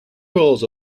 rolls